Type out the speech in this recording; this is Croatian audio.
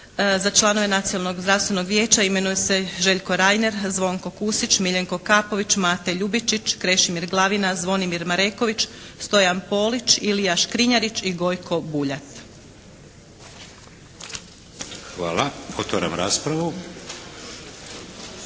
Za članove Nacionalnog zdravstvenog vijeća imenuje se Željko Rajner, Zvonko Kusić, Miljenko Kapović, Mate Ljubičić, Krešimir Glavina, Zvonimir Mareković, Stojan Polić, Ilija Škrinjarić i Gojko Buljat. **Šeks, Vladimir